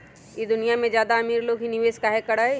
ई दुनिया में ज्यादा अमीर लोग ही निवेस काहे करई?